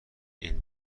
این